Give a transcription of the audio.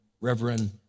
Reverend